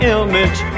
image